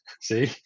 see